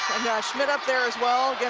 schmitt up there as well.